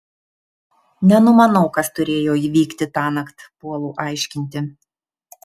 nenumanau kas turėjo įvykti tąnakt puolu aiškinti